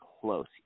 close